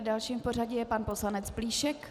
Dalším v pořadí je pan poslanec Plíšek.